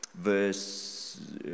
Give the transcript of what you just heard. verse